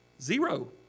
Zero